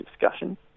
discussion